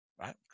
Right